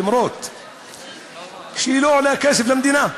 אף שהיא לא עולה כסף למדינה,